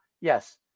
yes